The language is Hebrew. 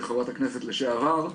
חברת הכנסת לשעבר,